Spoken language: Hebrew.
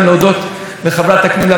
אני רוצה גם להודות לשר אלקין,